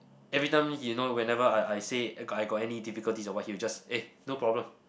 every time he know whenever I I say I got any difficulties or what he will just eh no problem